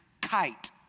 kite